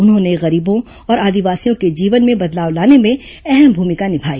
उन्होंने गरीबों और आदिवासियों के जीवन में बदलाव लाने में अहम भूमिका निभाई